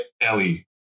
Ellie